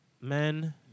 men